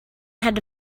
had